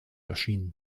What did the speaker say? erschienen